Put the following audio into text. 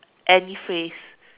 any phrase